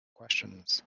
questions